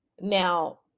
Now